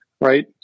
right